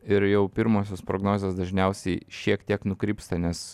ir jau pirmosios prognozės dažniausiai šiek tiek nukrypsta nes